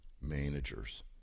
managers